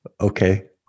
okay